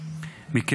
באופן ניכר,